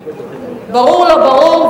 ברור, ברור לא ברור.